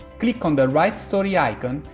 click on the write story icon,